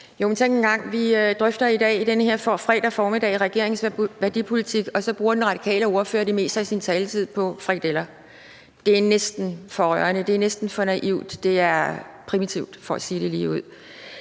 værdipolitik på en fredag formiddag, og så bruger den radikale ordfører det meste af sin taletid på frikadeller. Det er næsten for rørende; det er næsten for naivt; det er primitivt for at sige det ligeud.